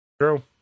True